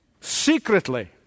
secretly—